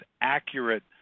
accurate